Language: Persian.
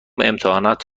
امتحانات